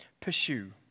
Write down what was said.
pursue